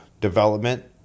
development